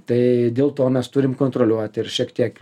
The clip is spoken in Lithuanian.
tai dėl to mes turim kontroliuoti ir šiek tiek